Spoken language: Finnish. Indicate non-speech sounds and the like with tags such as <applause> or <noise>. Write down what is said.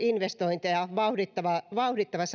investointeja vauhdittavassa vauhdittavassa <unintelligible>